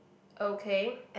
okay